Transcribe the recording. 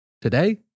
today